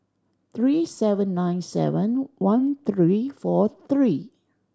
three seven nine seven one three four three